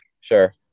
Sure